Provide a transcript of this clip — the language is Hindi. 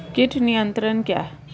कीट नियंत्रण क्या है?